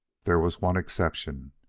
there was one exception,